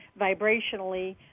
vibrationally